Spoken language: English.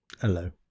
Hello